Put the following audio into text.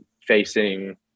facing